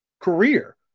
career